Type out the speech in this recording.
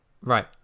right